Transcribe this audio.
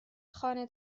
خانه